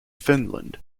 finland